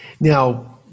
Now